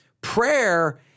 prayer